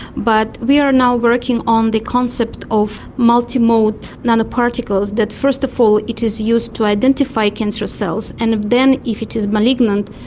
but we are now working on the concept of multimode nanoparticles that first of all it is used to identify cancer cells and then, if it is malignant,